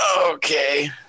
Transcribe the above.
Okay